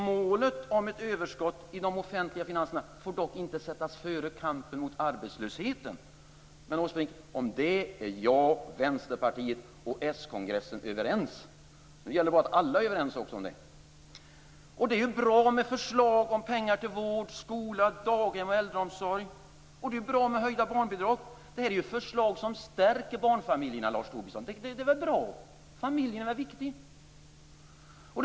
Målet om ett överskott i de offentliga finanserna får dock inte sättas före kampen mot arbetslösheten. Om detta är jag, Vänsterpartiet och s-kongressen överens, Erik Åsbrink. Nu gäller det bara att alla blir överens om det. Förslag om pengar till vård, daghem, skola och äldreomsorg är bra. Höjda barnbidrag är bra. Detta är förslag som stärker barnfamiljerna, Lars Tobisson. Det är väl bra? Familjen är ju viktig.